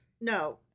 No